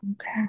Okay